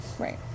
right